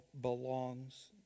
belongs